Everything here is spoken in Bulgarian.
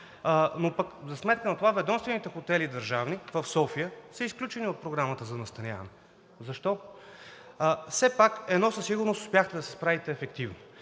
пък за сметка на това ведомствените хотели – държавни, в София, са изключени от програмата за настаняване. Защо? Все пак в едно със сигурност успяхте да се справите ефективно,